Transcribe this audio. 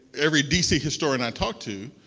every dc historian i talked to,